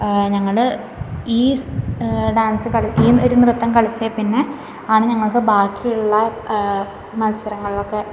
ഞങ്ങള് ഈ ഡാൻസ് കളി ഈ ഒരു നൃത്തം കളിച്ചതിൽ പിന്നെ ആണ് ഞങ്ങൾക്ക് ബാക്കിയുള്ള മത്സരങ്ങളിലൊക്കെ